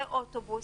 לקווי אוטובוס,